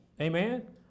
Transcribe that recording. amen